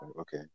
Okay